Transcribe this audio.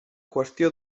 qüestió